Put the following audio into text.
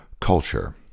culture